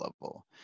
level